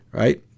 right